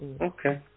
Okay